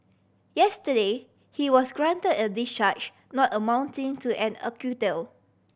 yesterday he was grant a discharge not amounting to an acquittal